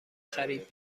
خرید